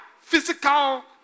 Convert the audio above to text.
physical